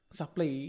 supply